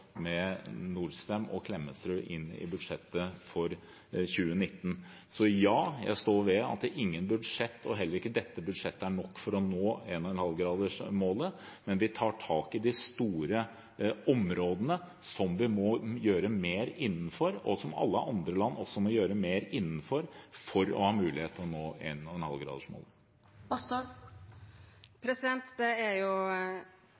med Norcem og Klemetsrud, inn i budsjettet for 2019. Så ja, jeg står ved at ikke noe budsjett, heller ikke dette budsjettet, er nok for å nå 1,5-gradersmålet, men vi tar tak i de store områdene der vi må gjøre mer, og der alle andre land også må gjøre mer for å ha mulighet til å nå